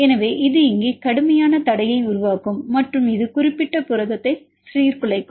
எனவே இங்கே இது கடுமையான தடையை உருவாக்கும் மற்றும் இது குறிப்பிட்ட புரதத்தை சீர்குலைக்கும்